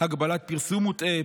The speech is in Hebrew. הגבלת פרסום מוטעה,